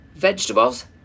vegetables